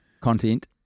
content